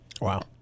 Wow